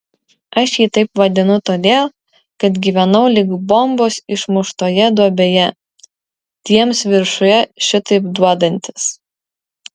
aš jį taip vadinu todėl kad gyvenau lyg bombos išmuštoje duobėje tiems viršuje šitaip duodantis